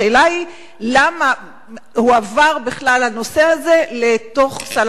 השאלה היא: למה בכלל הועבר הנושא הזה לתוך סל